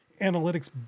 analytics